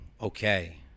okay